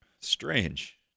Strange